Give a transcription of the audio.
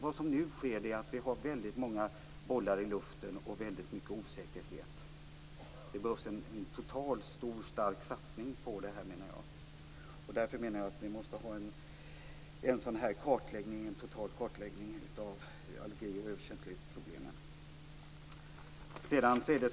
Vad som nu sker är att det är många bollar i luften och väldigt mycket osäkerhet. Det behövs en total, stor och stark satsning på det här. Därför måste vi ha en total kartläggning av allergi och överkänslighetsproblemen.